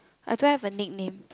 I don't have a nickname